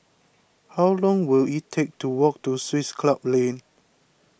how long will it take to walk to Swiss Club Lane